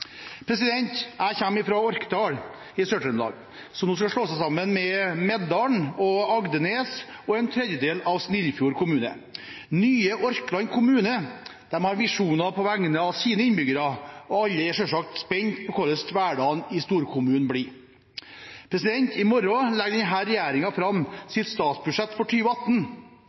Jeg kommer fra Orkdal i Sør-Trøndelag, som nå skal slå seg sammen med Meldal, Agdenes og en tredjedel av Snillfjord kommune. Nye Orkland kommune har visjoner på vegne av sine innbyggere, og alle er selvsagt spent på hvordan hverdagen i storkommunen blir. I morgen legger denne regjeringen fram sitt statsbudsjett for